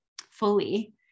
fully